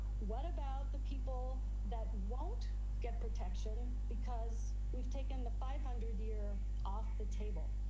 what about the people that won't get protection because we've taken the five hundred year off the table.